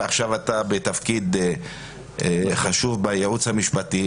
ועכשיו אתה בתפקיד חשוב בייעוץ המשפטי,